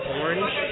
orange